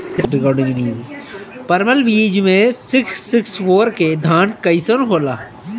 परमल बीज मे सिक्स सिक्स फोर के धान कईसन होला?